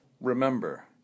Remember